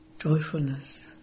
joyfulness